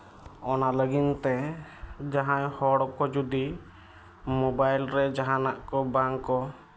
ᱚᱱᱟ ᱞᱟᱹᱜᱤᱫᱛᱮ ᱡᱟᱦᱟᱸᱭ ᱦᱚᱲ ᱠᱚ ᱡᱩᱫᱤ ᱢᱳᱵᱟᱭᱤᱞ ᱨᱮ ᱡᱟᱦᱟᱱᱟᱜ ᱠᱚ ᱵᱟᱝ ᱠᱚ